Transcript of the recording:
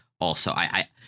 also—I